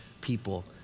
people